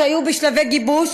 שהיו בשלבי גיבוש